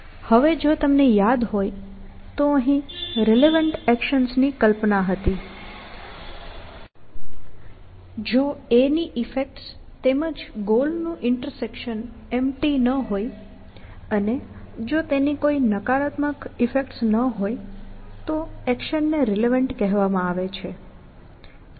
હવે જો તમને યાદ હોય તો અહીં રિલેવન્ટ એક્શન્સ ની કલ્પના હતી અને જો a ની ઈફેક્ટ્સ તેમજ ગોલ નું ઈન્ટરસેક્શન ખાલી ન હોય અને જો તેની કોઈ નકારાત્મક અસરો ન હોય તો એક્શનને રિલેવન્ટ કહેવામાં આવે છે